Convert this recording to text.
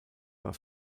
war